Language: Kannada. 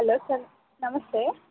ಹಲೋ ಸರ್ ನಮಸ್ತೆ